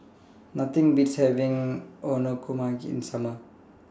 Nothing Beats having Okonomiyaki in The Summer